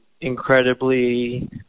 incredibly